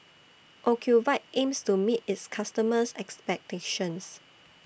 Ocuvite aims to meet its customers' expectations